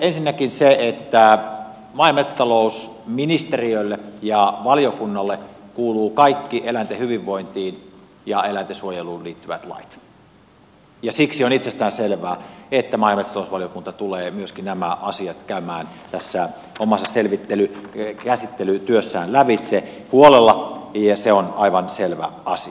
ensinnäkin maa ja metsätalousministeriölle ja valiokunnalle kuuluvat kaikki eläinten hyvinvointiin ja eläintensuojeluun liittyvät lait ja siksi on itsestään selvää että maa ja metsätalousvaliokunta tulee myöskin nämä asiat käymään tässä omassa käsittelytyössään lävitse huolella ja se on aivan selvä asia